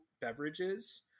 beverages